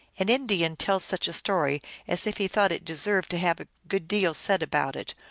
an indian tells such a story as if he thought it deserved to have a good deal said about it,